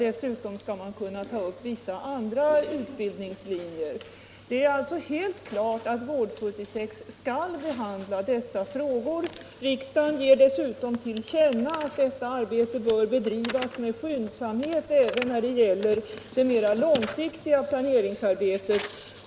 Dessutom skall man ta upp vissa andra utbildningslinjer. Det är alltså helt klart att Vård-76 skall behandla dessa frågor. Riksdagen ger dessutom till känna att detta arbete bör bedrivas med skynd samhet även när det gäller det mera långsiktiga planeringsarbetet.